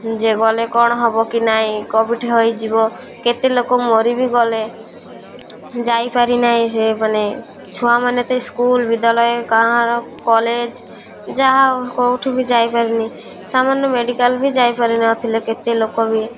ଯେ ଗଲେ କ'ଣ ହବ କି ନାଇଁ କୋଭିଡ଼ ହେଇଯିବ କେତେ ଲୋକ ମରିିବି ଗଲେ ଯାଇପାରି ନାହିଁ ସେ ମାନେ ଛୁଆମାନେ ତ ସ୍କୁଲ ବିଦ୍ୟାଳୟ କାହାଁର କଲେଜ ଯାହା କେଉଁଠି ବି ଯାଇପାରିନି ସେମାନେ ମେଡ଼ିକାଲ ବି ଯାଇପାରିନଥିଲେ କେତେ ଲୋକ ବି